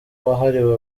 wahariwe